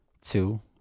Two